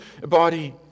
body